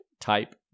type